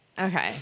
Okay